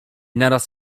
naraz